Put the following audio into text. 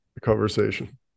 conversation